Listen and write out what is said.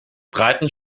breiten